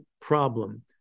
problem